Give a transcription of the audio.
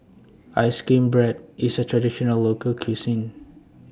Ice Cream Bread IS A Traditional Local Cuisine